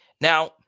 Now